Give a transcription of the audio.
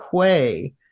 Quay